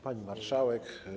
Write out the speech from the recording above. Pani Marszałek!